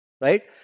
right